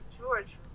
George